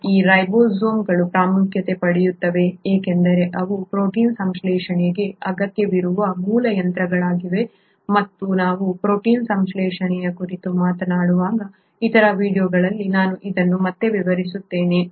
ಈಗ ಈ ರೈಬೋಸೋಮ್ಗಳು ಪ್ರಾಮುಖ್ಯತೆ ಪಡೆಯುತ್ತವೆ ಏಕೆಂದರೆ ಅವು ಪ್ರೋಟೀನ್ ಸಂಶ್ಲೇಷಣೆಗೆ ಅಗತ್ಯವಿರುವ ಮೂಲ ಯಂತ್ರಗಳಾಗಿವೆ ಮತ್ತು ನಾವು ಪ್ರೋಟೀನ್ ಸಂಶ್ಲೇಷಣೆಯ ಕುರಿತು ಮಾತನಾಡುವಾಗ ಇತರ ವೀಡಿಯೊಗಳಲ್ಲಿ ನಾನು ಇದನ್ನು ಮತ್ತೆ ವಿವರಿಸುತ್ತೇನೆ